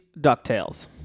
DuckTales